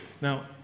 Now